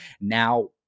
Now